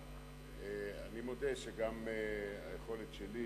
אני מודה שגם היכולת שלי